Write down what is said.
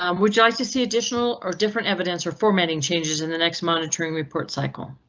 um would you like to see additional or different evidence or formatting changes in the next monitoring report cycle?